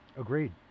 Agreed